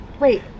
wait